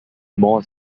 more